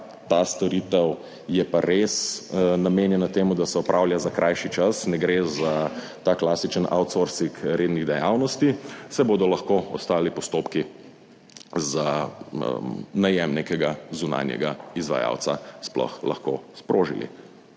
ta storitev je pa res namenjena temu, da se opravlja za krajši čas, ne gre za ta klasičen outsourcing rednih dejavnosti, se bodo lahko ostali postopki za najem nekega zunanjega izvajalca sploh lahko sprožili.